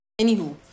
Anywho